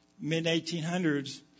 mid-1800s